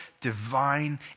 divine